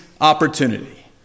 opportunity